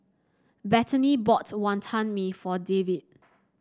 Bethany bought Wantan Mee for David